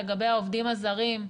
לגבי העובדים הזרים,